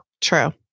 True